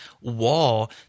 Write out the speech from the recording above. wall